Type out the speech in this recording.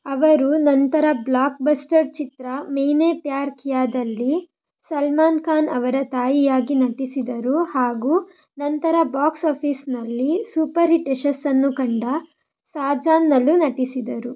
ಅವರು ನಂತರ ಬ್ಲಾಕ್ಬಸ್ಟರ್ ಚಿತ್ರ ಮೈನೆ ಪ್ಯಾರ್ ಕಿಯಾದಲ್ಲಿ ಸಲ್ಮಾನ್ ಖಾನ್ ಅವರ ತಾಯಿಯಾಗಿ ನಟಿಸಿದರು ಹಾಗು ನಂತರ ಬಾಕ್ಸ್ ಆಫಿಸ್ನಲ್ಲಿ ಸೂಪರ್ಹಿಟ್ ಯಶಸ್ಸನ್ನು ಕಂಡ ಸಾಜನ್ನಲ್ಲೂ ನಟಿಸಿದರು